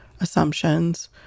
assumptions